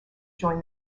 join